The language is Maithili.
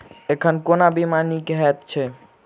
एखन कोना बीमा नीक हएत छै?